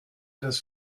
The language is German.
das